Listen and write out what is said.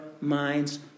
minds